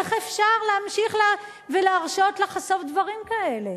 איך אפשר להמשיך ולהרשות לחשוף דברים כאלה?